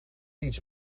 iets